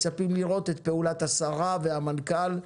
מצפים לראות את פעולת השרה והמנכ"ל,